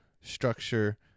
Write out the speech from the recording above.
structure